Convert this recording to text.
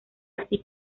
así